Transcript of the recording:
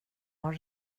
har